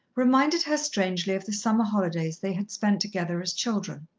reminded her strangely of the summer holidays they had spent together as children.